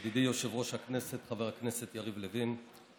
ידידי יושב-ראש הכנסת חבר הכנסת יריב לוין,